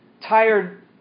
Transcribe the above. Tired